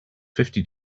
fifty